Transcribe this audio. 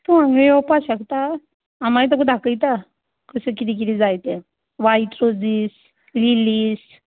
तूं हांगां येवपा शकता हांव मागीर तुका दाखयतां कशें कितें कितें जाय तें वायट रोजीस लिलीज